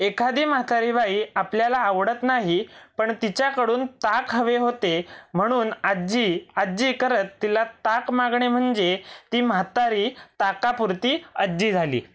एखादी म्हातारी बाई आपल्याला आवडत नाही पण तिच्याकडून ताक हवे होते म्हणून आजी आजी करत तिला ताक मागणे म्हणजे ती म्हातारी ताकापुरती आजी झाली